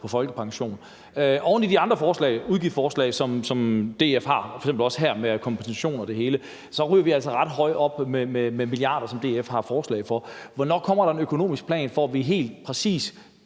på folkepension. Oven i de andre udgiftsforslag, som DF har, f.eks. også her med kompensation og det hele, ryger vi altså ret højt op med det antal milliarder, som DF har forslag for. Hvornår kommer der en økonomisk plan, hvor vi helt præcist